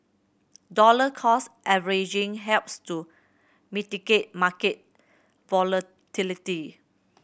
dollar cost averaging helps to mitigate market volatility